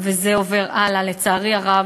ולצערי הרב,